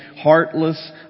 heartless